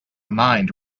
mind